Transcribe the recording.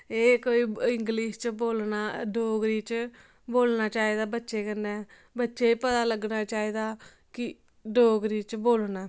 एह् कोई इंग्लिश च बोलना डोगरी च बोलना चाहिदा बच्चे कन्नै बच्चें गी पता लग्गना चाहिदा कि डोगरी च बोलना